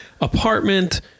apartment